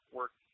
work